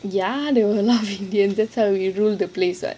ya there are a lot of indians there இருக்காங்க:irukaanga they rule the place